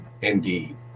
Indeed